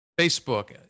Facebook